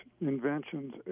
inventions